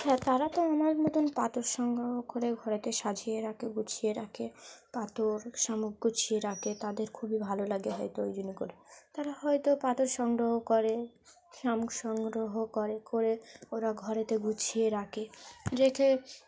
হ্যাঁ তারা তো আমার মতন পাথর সংগ্রহ করে ঘরেতে সাজিয়ে রাখে গুছিয়ে রাখে পাথর শামুক গুছিয়ে রাখে তাদের খুবই ভালো লাগে হয়তো ওই জন্য করে তারা হয়তো পাথর সংগ্রহ করে শামুক সংগ্রহ করে করে ওরা ঘরেতে গুছিয়ে রাখে রেখে